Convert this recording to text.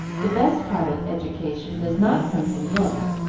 the best part of education does not come from books,